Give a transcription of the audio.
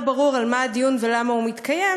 ברור על מה הדיון ועל מה הוא מתקיים,